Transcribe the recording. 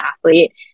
athlete